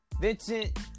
Vincent